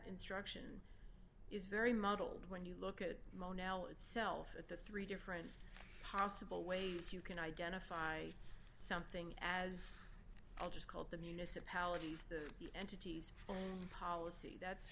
instruction is very muddled when you look at mo now itself at the three different possible ways you can identify something as i just called the municipalities the entities policy that's for